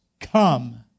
Come